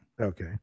Okay